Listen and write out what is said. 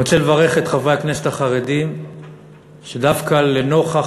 אני רוצה לברך את חברי הכנסת החרדים שדווקא לנוכח